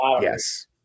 Yes